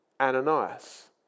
Ananias